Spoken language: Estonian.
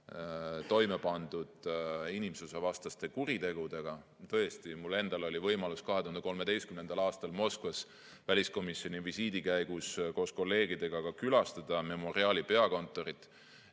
toime pandud inimsusevastaste kuritegudega. Tõesti, mul endale oli võimalus 2013. aastal Moskvas väliskomisjoni visiidi käigus koos kolleegidega külastada Memoriali peakontorit.